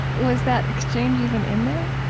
was that exchange even in there?